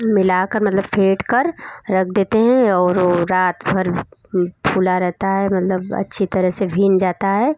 मिला कर मतलब फेंट कर रख देते हैं और वो रात भर फूला रहता है मतलब अच्छी तरह से भीग जाता है